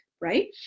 right